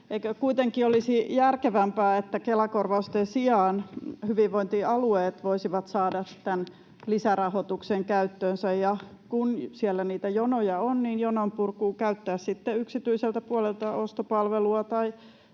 kuitenkin olisi järkevämpää, että Kela-korvausten sijaan hyvinvointialueet voisivat saada tämän lisärahoituksen käyttöönsä, ja kun siellä niitä jonoja on, niin jononpurkuun käyttää sitten yksityiseltä puolelta ostopalvelua